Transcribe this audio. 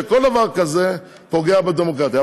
שכל דבר כזה פוגע בדמוקרטיה.